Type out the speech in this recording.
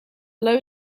low